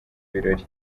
birori